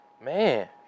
man